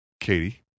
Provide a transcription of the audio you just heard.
Katie